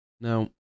Now